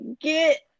get